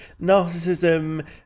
narcissism